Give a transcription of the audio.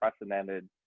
unprecedented